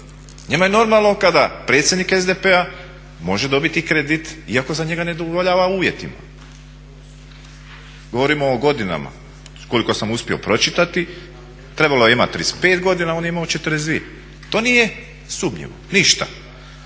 Njima je normalno kada predsjednik SDP-a može dobiti kredit iako za njega ne udovoljava uvjetima. Govorimo o godinama, koliko sam uspio pročitati. Trebalo je imati 35 godina, on je imao 42. To nije sumnjivo ništa.